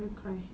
don't cry